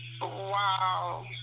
Wow